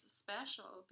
special